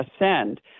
ascend